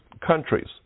countries